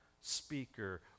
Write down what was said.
speaker